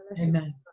Amen